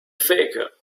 faker